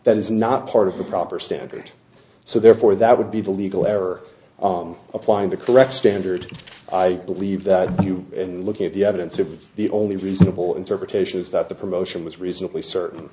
that is not part of the proper standard so therefore that would be the legal error on applying the correct standard i believe that you and looking at the evidence are the only reasonable interpretation is that the promotion was reasonably certain